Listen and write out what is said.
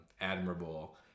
admirable